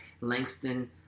Langston